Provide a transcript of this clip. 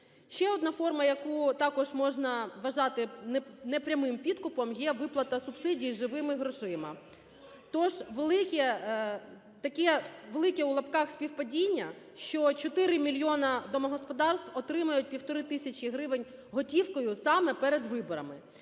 Ще одна форма, яку також можна вважати непрямим підкупом, є виплата субсидій живими грошима. Тож велике таке, "велике" у лапках, співпадіння, що 4 мільйони домогосподарств отримають півтори тисячі гривень готівкою саме перед виборами.